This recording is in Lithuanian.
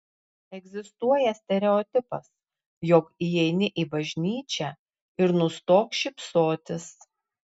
egzistuoja stereotipas jog įeini bažnyčią ir nustok šypsotis